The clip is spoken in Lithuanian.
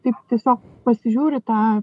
taip tiesiog pasižiūri tą